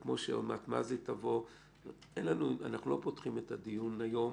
אנחנו לא פותחים את הדיון היום.